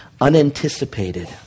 unanticipated